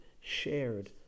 shared